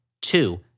two